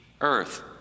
earth